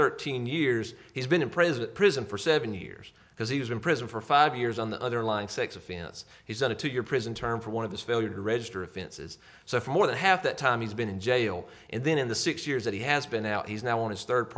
thirteen years he's been a president prison for seven years because he was in prison for five years on the other line sex offense he's on a two year prison term for one of those failure to register offenses so for more than half the time he's been in jail and then in the six years that he has been out he's now want to start